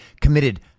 committed